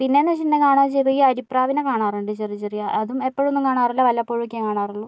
പിന്നേയെന്ന് വച്ചിട്ടുണ്ടെങ്കിൽ കാണാമെന്ന് വച്ചാൽ ചെറിയ അരിപ്രാവിനെ കാണാറുണ്ട് ചെറിയ ചെറിയ അതും എപ്പോഴൊന്നും കാണാറില്ല വല്ലപ്പോഴുമൊക്കെ കാണാറുള്ളൂ